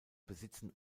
besitzen